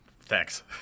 Thanks